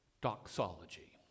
doxology